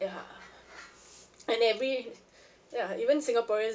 ya and every ya even singaporean